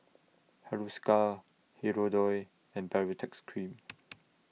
Hiruscar Hirudoid and Baritex Cream